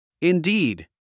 Indeed